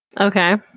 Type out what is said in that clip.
Okay